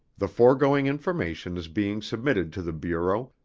the foregoing information is being submitted to the bureau,